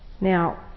Now